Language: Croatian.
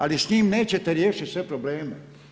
Ali, s njim nećete riješiti sve probleme.